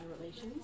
Relations